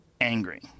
angry